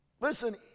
Listen